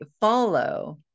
follow